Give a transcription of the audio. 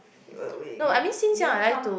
you don't come